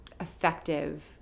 effective